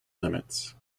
limits